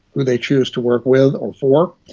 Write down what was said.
who they choose to work with or for.